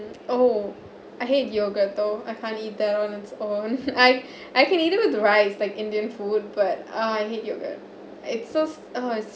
oh I hate yogurt though I can't eat that on its own I I can eat them with the rice like indian food but ah I hate yogurt it's so uh